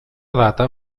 data